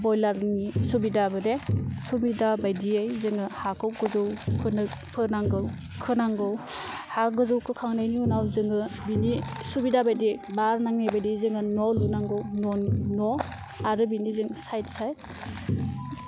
ब्रइलारनि सुबिदाबादि सुबिदा बायदियै जोङो हाखौ गोजौ खोनो खोनांगौ खोनांगौ हा गोजौ खोखांनायनि उनाव जोङो बिनि सुबिदा बादियै बार नायै बायदि जोङो न' लुनांगौ न' आरो बिनि जों साइद साइद